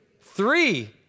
Three